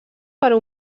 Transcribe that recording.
per